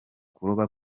kuroba